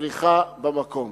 צריכה במקום.